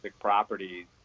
properties